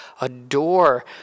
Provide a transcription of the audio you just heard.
Adore